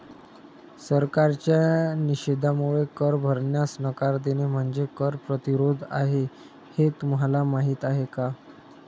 सरकारच्या निषेधामुळे कर भरण्यास नकार देणे म्हणजे कर प्रतिरोध आहे हे तुम्हाला माहीत आहे का